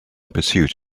pursuit